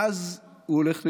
ואז הוא הולך לאיבוד.